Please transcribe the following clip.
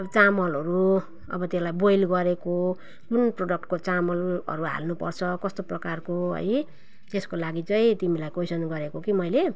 अब चामलहरू अब त्यसलाई बोइल गरेको कुन प्रडक्टको चामलहरू हाल्नुपर्छ कस्तो प्रकारको है त्यसको लागि चाहिँ तिमीलाई क्वोइसन गरेको कि मैले